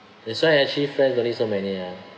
that's why I actually felt don't need so many ah